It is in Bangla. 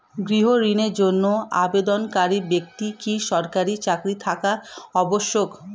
গৃহ ঋণের জন্য আবেদনকারী ব্যক্তি কি সরকারি চাকরি থাকা আবশ্যক?